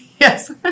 Yes